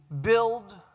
build